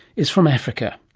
is from africa.